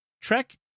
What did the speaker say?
trek